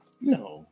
No